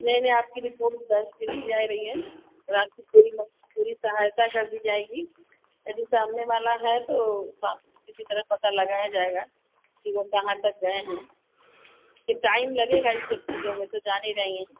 नहीं नहीं आपकी रिपोर्ट दर्ज करी जा रही है और आपकी पूरी पूरी सहायता कर दी जाएगी यदि सामने वाला है तो उसका किसी तरह पता लगाया जाएगा कि वह कहाँ तक गए हैं यह टाइम लगेगा इस सब चीज़ों में ये तो जान ही रही हैं